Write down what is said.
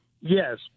Yes